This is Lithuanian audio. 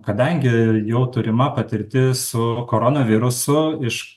kadangi jau turima patirtis su koronavirusu iš